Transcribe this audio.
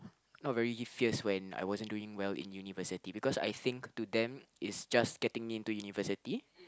not very fierce when I wasn't doing well in university because I think to them it's just getting in to university